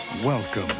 Welcome